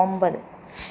ഒമ്പത്